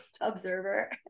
observer